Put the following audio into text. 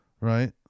Right